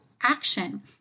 action